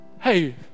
hey